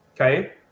okay